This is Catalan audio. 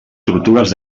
tortugues